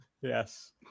Yes